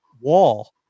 wall